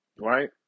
Right